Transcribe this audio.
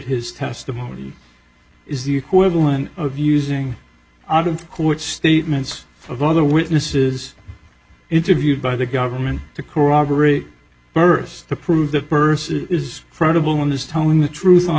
his testimony is the equivalent of using out of court statements of other witnesses interviewed by the government to corroborate births to prove that person is credible in this telling the truth on